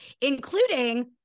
including